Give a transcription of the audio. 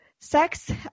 sex